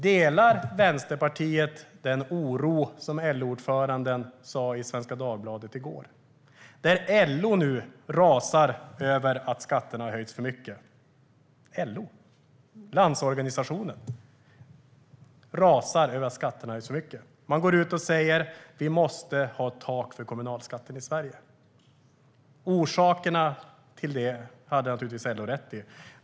Delar Vänsterpartiet den oro som LO-ordföranden framförde i Svenska Dagbladet i går? LO rasar nu över att skatterna har höjts för mycket. LO - Landsorganisationen - rasar över att skatterna höjs för mycket. LO säger att det måste finnas ett tak för kommunalskatten i Sverige. Orsakerna har LO naturligtvis rätt i.